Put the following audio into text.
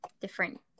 different